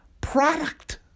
product